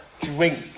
drink